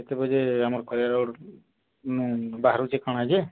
କେତେ ବଜେ ଆମର ଖଇରା ରୋଡ୍ ନାଇ ବାହାରୁଛି କ'ଣ ହେଉଛି